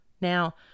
Now